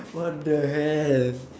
what the hell